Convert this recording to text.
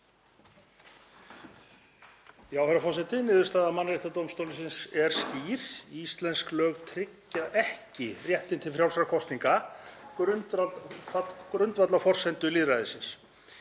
Herra forseti. Niðurstaða Mannréttindadómstólsins er skýr: Íslensk lög tryggja ekki réttinn til frjálsra kosninga, grundvallarforsendu lýðræðisins.